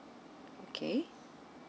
okay